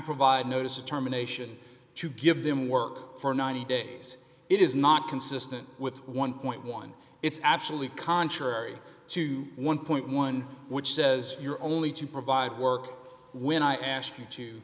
provide notice of terminations to give them work for ninety days it is not consistent with one point one it's actually contrary to one point one which says you're only to provide work when i ask you to